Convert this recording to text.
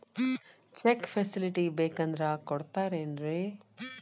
Check facility ಬೇಕಂದ್ರ ಕೊಡ್ತಾರೇನ್ರಿ?